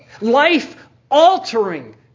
Life-altering